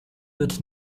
wird